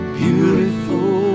beautiful